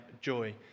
joy